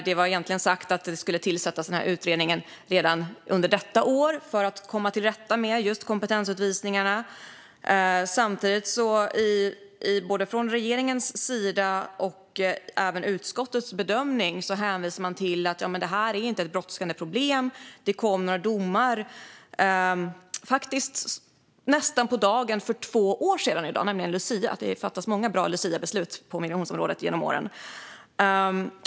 Det var egentligen sagt att utredningen skulle tillsättas redan under detta år, för att komma till rätta med kompetensutvisningarna. Samtidigt hänvisar man både från regeringens sida och i utskottets bedömning till att detta inte är ett brådskande problem. Det kom domar nästan på dagen för två år sedan, nämligen på lucia - det har fattats många bra luciabeslut på migrationsområdet genom åren.